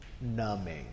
numbing